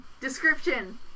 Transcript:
Description